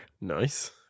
Nice